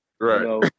right